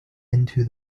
into